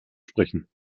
sprechen